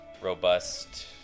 robust